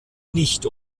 nicht